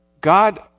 God